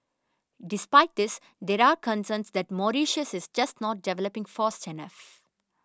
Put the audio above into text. despite this there are concerns that Mauritius is just not developing fast enough